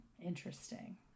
Interesting